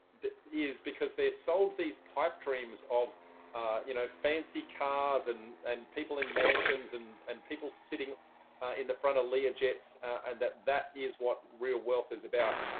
is because they're sold these pipe dreams of you know fancy cars and and people in mansions and and people sitting in the front of lear jets and that that is what real wealth is about,